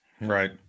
right